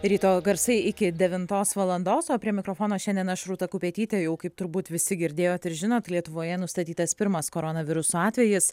ryto garsai iki devintos valandos o prie mikrofono šiandien aš rūta kupetytė jau kaip turbūt visi girdėjot ir žinot lietuvoje nustatytas pirmas koronaviruso atvejis